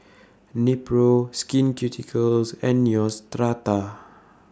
Nepro Skin Ceuticals and Neostrata